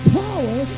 power